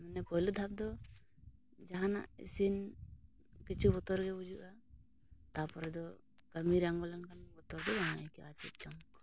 ᱢᱟᱱᱮ ᱯᱳᱭᱞᱳ ᱫᱷᱟᱯ ᱫᱚ ᱡᱟᱦᱟᱱᱟᱜ ᱤᱥᱤᱱ ᱠᱤᱪᱷᱩ ᱵᱚᱛᱚᱨ ᱜᱮ ᱵᱩᱡᱷᱟᱹᱜᱼᱟ ᱛᱟᱨᱯᱚᱨᱮ ᱫᱚ ᱠᱟᱹᱢᱤᱨᱮᱢ ᱟᱬᱜᱚ ᱞᱮᱱᱠᱷᱟᱱ ᱵᱚᱛᱚᱨ ᱫᱚ ᱵᱟᱝ ᱟᱹᱭᱠᱟᱹᱜᱼᱟ ᱟᱨ ᱪᱮᱫ ᱪᱚᱝ